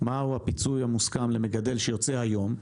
מהו הפיצוי המוסכם למגדל שיוצא היום,